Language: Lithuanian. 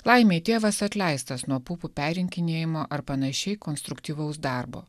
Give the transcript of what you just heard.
laimei tėvas atleistas nuo pupų perrinkinėjimo ar panašiai konstruktyvaus darbo